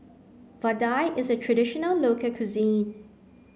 Vadai is a traditional local cuisine